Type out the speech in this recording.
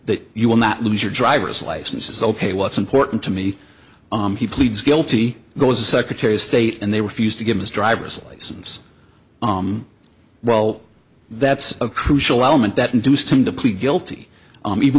that you will not lose your driver's license is ok what's important to me he pleads guilty goes to secretary of state and they refuse to give his driver's license well that's a crucial element that induced him to plead guilty even